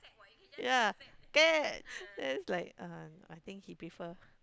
ya cat then it's like uh I think she prefer